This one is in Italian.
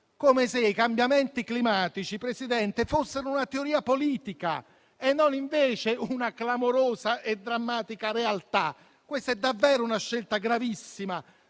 come se i cambiamenti climatici, Presidente, fossero una teoria politica e non invece una clamorosa e drammatica realtà. Questa è davvero una scelta gravissima,